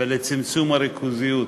ולצמצום הריכוזיות.